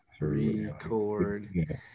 record